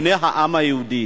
בני העם היהודי,